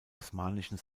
osmanischen